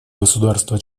государство